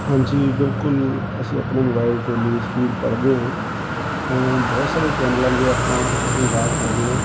ਹਾਂਜੀ ਬਿਲਕੁਲ ਅਸੀਂ ਆਪਣੇ ਮੋਬਾਈਲ 'ਤੇ ਨਿਊਜ਼ ਫੀਡ ਪੜ੍ਹਦੇ ਹਾਂ ਤਾਂ ਬਹੁਤ ਸਾਰੇ ਚੈਨਲਾਂ ਦੇ ਆਪਾਂ ਅਸੀਂ ਗਾਹਕ ਹੈਗੇ ਹਾਂ